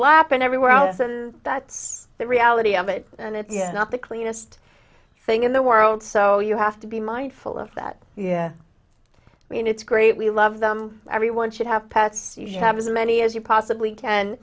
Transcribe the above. lap and everywhere else and that's the reality of it and it's not the cleanest thing in the world so you have to be mindful of that you know it's great we love them everyone should have pets you have as many as you possibly can